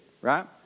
right